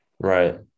Right